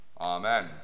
Amen